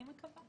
אני מקווה.